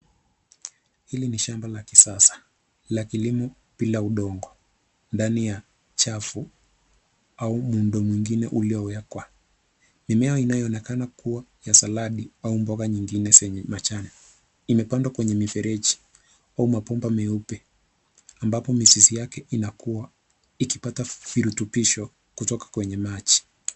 Hili ni shamba la kisasa la kilimo bila udongo ndani ya chafu au muundo mwingine uliowekwa. Mimea inayoonekana kuwa ya salad au mboga nyingine zenye majani. Imepandwa kwenye mifereji au mabomba meupe ambapo mizizi yake inakua ikipata virutubisho kutoka kwenye maji.